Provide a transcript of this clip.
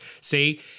see